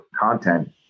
content